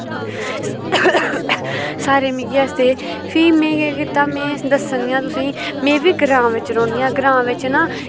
सारे मिगी हसदे हे फ्ही में केह् कीता में दस्सनी आं तुसें में बी ग्रांऽ बिच्च रौह्न्नी आं ग्रांऽ बिच्च न